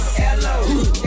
hello